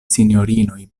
sinjorinoj